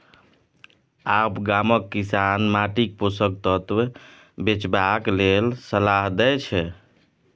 आब गामक किसान माटिक पोषक तत्व बचेबाक लेल सलाह दै छै